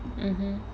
mmhmm